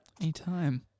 Anytime